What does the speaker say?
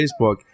Facebook